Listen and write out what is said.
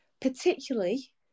particularly